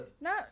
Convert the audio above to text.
No